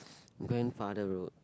grandfather road